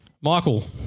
Michael